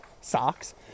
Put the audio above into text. socks